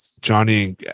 johnny